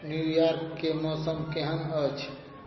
न्यूयॉर्कके मौसम केहन अछि